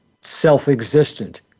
self-existent